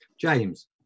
James